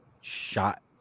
shot